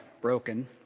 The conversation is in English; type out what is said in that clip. broken